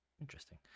interesting